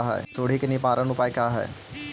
सुंडी के निवारक उपाय का हई?